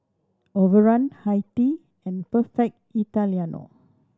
Overrun Hi Tea and Perfect Italiano